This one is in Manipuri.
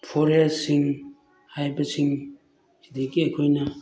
ꯐꯣꯔꯦꯁꯁꯤꯡ ꯍꯥꯏꯕꯁꯤꯡ ꯁꯤꯗꯒꯤ ꯑꯩꯈꯣꯏꯅ